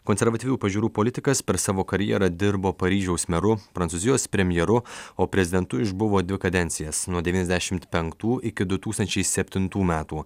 konservatyvių pažiūrų politikas per savo karjerą dirbo paryžiaus meru prancūzijos premjeru o prezidentu išbuvo dvi kadencijas nuo devyniasdešimt penktų iki du tūkstančiai septintų metų